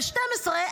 ב-12:00,